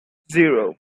zero